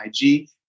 IG